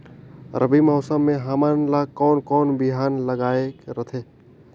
रबी मौसम मे हमन ला कोन कोन बिहान लगायेक रथे?